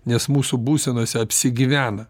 nes mūsų būsenose apsigyvena